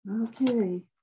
Okay